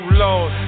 lord